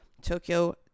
Tokyo